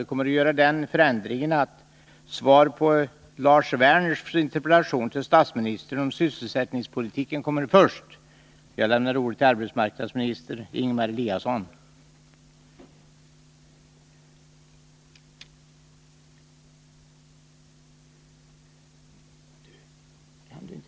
Vi gör därför den ändringen att svaret på Lars Werners interpellation till statsministern om sysselsättningspolitiken lämnas först.